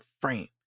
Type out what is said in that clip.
frame